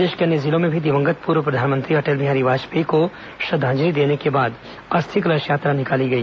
प्रदेश के अन्य जिलों में भी दिवंगत पूर्व प्रधानमंत्री अटल बिहारी वाजपेयी को श्रद्वांजलि देने के बाद अस्थि कलश यात्रा निकाली गई